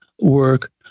work